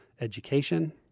education